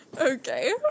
okay